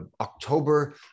October